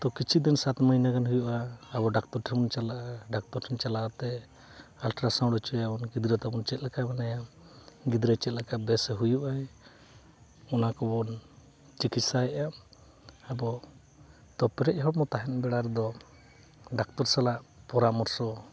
ᱛᱚ ᱠᱤᱪᱷᱩ ᱫᱤᱱ ᱥᱟᱛ ᱢᱟᱹᱦᱱᱟᱹ ᱜᱟᱱ ᱦᱩᱭᱩᱜᱼᱟ ᱟᱵᱚ ᱰᱟᱠᱛᱚᱨ ᱴᱷᱮᱱ ᱵᱚᱱ ᱪᱟᱞᱟᱜᱼᱟ ᱰᱟᱠᱛᱚᱨ ᱴᱷᱮᱱ ᱪᱟᱞᱟᱣ ᱠᱟᱛᱮᱫ ᱟᱞᱴᱨᱟ ᱥᱟᱣᱩᱱᱰ ᱦᱚᱪᱚᱭᱟ ᱵᱚᱱ ᱜᱤᱫᱽᱨᱟᱹ ᱛᱟᱵᱚᱱ ᱪᱮᱫ ᱞᱮᱠᱟ ᱢᱮᱱᱟᱭᱟ ᱜᱤᱫᱽᱨᱟᱹ ᱪᱮᱫ ᱞᱮᱠᱟ ᱵᱮᱥ ᱮ ᱦᱩᱭᱩᱜ ᱟᱭ ᱚᱱᱟ ᱠᱚᱵᱚᱱ ᱪᱤᱠᱤᱛᱥᱟᱭᱮᱜᱼᱟ ᱟᱵᱚ ᱛᱟᱨᱯᱚᱨᱮ ᱮᱦᱚᱵ ᱢᱟ ᱛᱟᱦᱮᱱ ᱵᱮᱲᱟ ᱨᱮᱫᱚ ᱰᱟᱠᱛᱚᱨ ᱥᱟᱞᱟᱜ ᱯᱚᱨᱟᱢᱚᱨᱥᱚ